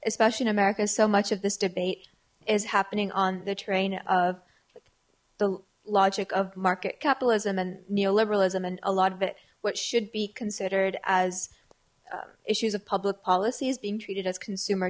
especially in america so much of this debate is happening on the terrain of the logic of market capitalism and neoliberalism and a lot of it which should be considered as issues of public policy is being treated as consumer